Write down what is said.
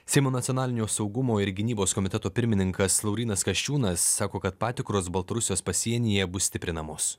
seimo nacionalinio saugumo ir gynybos komiteto pirmininkas laurynas kasčiūnas sako kad patikros baltarusijos pasienyje bus stiprinamos